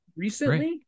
Recently